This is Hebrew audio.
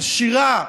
של שירה,